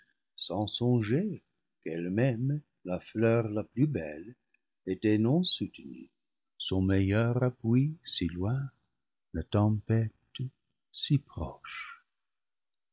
sans songer qu'elle-même la fleur la plus belle était non soutenue son meilleur appui si loin la tempête si proche